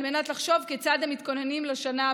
מנת לחשוב כיצד הם מתכוננים לשנה הבאה.